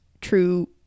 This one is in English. true